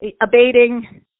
abating